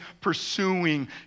pursuing